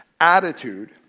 attitude